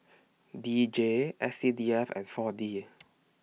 D J S C D F and four D